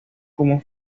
como